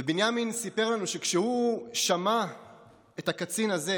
ובנימין סיפר לנו שכשהוא שמע את הקצין הזה,